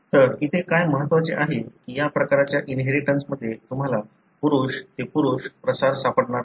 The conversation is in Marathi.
तर इथे काय महत्वाचे आहे की या प्रकारच्या इनहेरिटन्स मध्ये तुम्हाला पुरुष ते पुरुष प्रसार सापडणार नाही